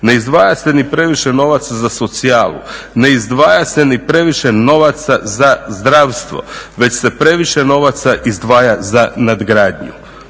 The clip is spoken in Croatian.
ne izdvaja se ni previše novac za socijalu, ne izdvaja se previše novaca za zdravstvo već se previše novca izdvaja za nadgradnju